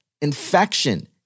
infection